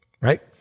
right